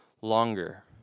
longer